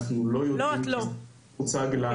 אנחנו לא יודעים חוץ ממה שהוצג לנו.